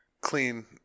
clean